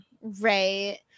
Right